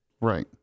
Right